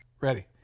Ready